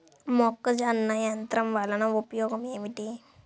మొక్కజొన్న యంత్రం వలన ఉపయోగము ఏంటి?